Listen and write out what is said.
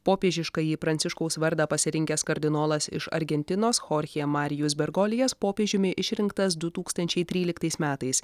popiežiškąjį pranciškaus vardą pasirinkęs kardinolas iš argentinos chorchė marijus bergolijas popiežiumi išrinktas du tūkstančiai tryliktais metais